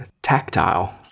tactile